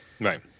right